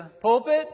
pulpit